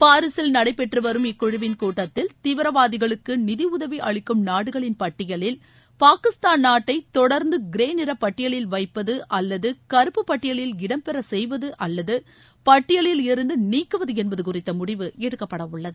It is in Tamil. பாரிசில் நடைபெற்றுவரும் இக்குழுவின் கூட்டத்தில் தீவிரவாதிகளுக்குநிதியுதவிஅளிக்கும் நாடுகளின் பட்டியலில் பாகிஸ்தான் நாட்டைதொடர்ந்துகிரேநிறபட்டியலில் வைப்பதுஅல்லதுகருப்பு பட்டியலில் இடம் பெறசெய்வதுஅல்லதபட்டியலில் இருந்துநீக்குவதுஎன்பதுகுறித்தமுடிவு எடுக்கப்படஉள்ளது